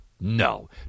No